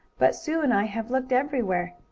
but sue and i have looked everywhere.